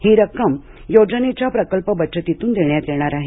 ही रक्कम योजनेच्या प्रकल्प बचतीतून देण्यात येणार आहे